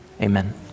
amen